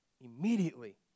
immediately